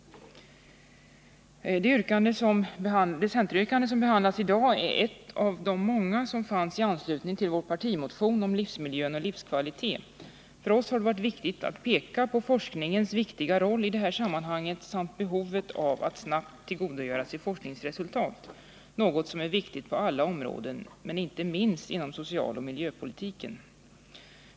Det centeryrkande som i dag behandlas är ett av många som ställdes i anslutning till vår partimotion om livsmiljö och livskvalitet. För oss har det varit angeläget att peka på forskningens viktiga roll i detta sammanhang samt behovet av att snabbt tillgodogöra sig forskningsresultat - något som är viktigt på alla områden, men inte minst inom socialoch miljöpolitiken.